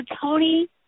Tony